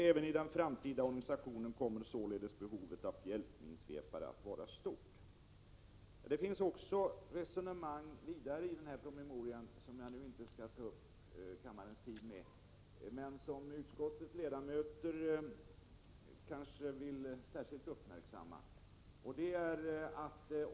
Även i den framtida organisationen kommer således behovet av hjälpminsvepare att vara stort.” Det finns också andra resonemang i den här promemorian som jag nu inte skall ta upp kammarens tid med ytterligare men som utskottets ledamöter kanske vill uppmärksamma särskilt.